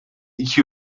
iki